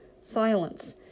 Silence